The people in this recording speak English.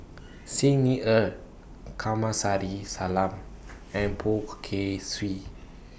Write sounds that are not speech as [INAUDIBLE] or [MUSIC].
[NOISE] Xi Ni Er Kamsari Salam and Poh Kay Swee